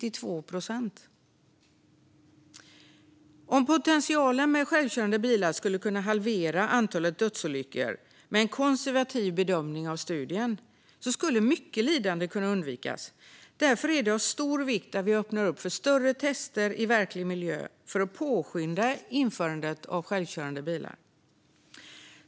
Om potentialen med självkörande bilar skulle halvera antalet dödsolyckor, vid en konservativ bedömning av studien, skulle mycket lidande kunna undvikas. Därför är det av stor vikt att vi öppnar för större tester i verklig miljö, för att påskynda införandet av självkörande bilar.